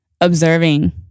observing